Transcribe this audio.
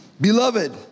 beloved